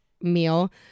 meal